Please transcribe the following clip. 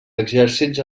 exèrcits